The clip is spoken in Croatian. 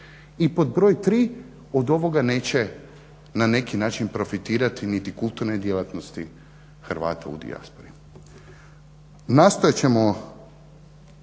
i pod broj tri od ovoga neće na neki način profitirati niti kulturne djelatnosti Hrvata u dijaspori.